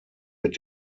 mit